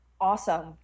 Awesome